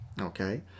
okay